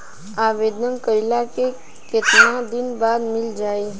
आवेदन कइला के कितना दिन बाद मिल जाई?